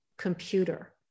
computer